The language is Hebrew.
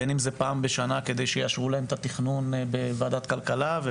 בין אם זה פעם בשנה כדי שיאשרו להם את התכנון בוועדת כלכלה,